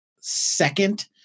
second